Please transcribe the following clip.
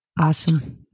Awesome